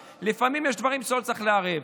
לפעמים יש דברים שלא צריך לערב.